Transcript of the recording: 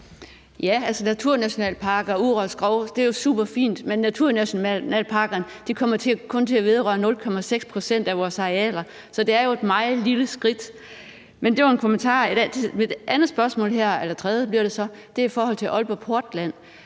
Ja, naturnationalparker og urørt skov er jo superfint, men naturnationalparkerne kommer kun til at vedrøre 0,6 pct. af vores areal, så det er jo et meget lille skridt. Det var en kommentar, men mit andet spørgsmål – det tredje spørgsmål bliver det så – drejer sig om Aalborg Portland.